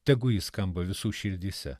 tegu ji skamba visų širdyse